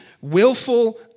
willful